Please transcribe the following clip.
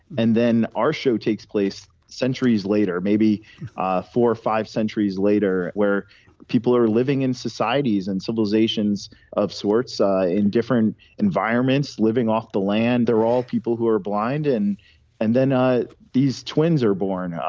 and then our show takes place centuries later, maybe ah four or five centuries later, where people are living in societies and civilisations of sorts ah in different environments living off the land, they're all people who are blind. and and then ah these twins are born,